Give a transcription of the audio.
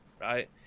right